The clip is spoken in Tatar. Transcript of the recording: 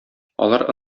алар